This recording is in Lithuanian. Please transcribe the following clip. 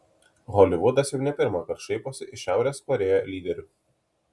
holivudas jau ne pirmąkart šaiposi iš šiaurės korėjo lyderių